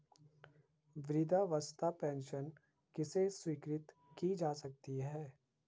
वृद्धावस्था पेंशन किसे स्वीकृत की जा सकती है?